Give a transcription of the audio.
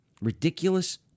ridiculous